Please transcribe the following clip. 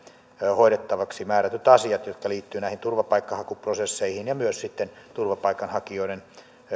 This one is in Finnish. hoidettavaksi määrätyt asiat jotka liittyvät näihin turvapaikanhakuprosesseihin ja esimerkiksi myös sitten turvapaikanhakijoiden